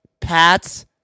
Pats